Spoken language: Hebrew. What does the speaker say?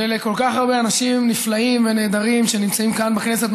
לכל כך הרבה אנשים נפלאים ונהדרים שנמצאים כאן בכנסת,